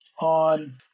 on